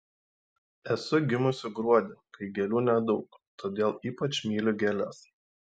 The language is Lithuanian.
esu gimusi gruodį kai gėlių nedaug todėl ypač myliu gėles